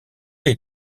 les